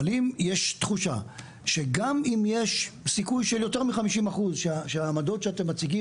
אבל אם יש תחושה שגם אם יש סיכוי של יותר מ-50% שהעמדות שאתם מציגים